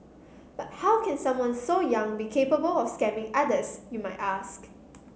but how can someone so young be capable of scamming others you might ask